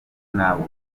ntabwo